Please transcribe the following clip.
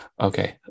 Okay